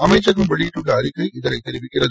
அமைச்சகம் வெளியிட்டுள்ள அறிக்கை இதனை தெரிவிக்கிறது